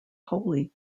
holy